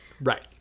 right